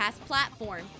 platform